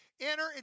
Enter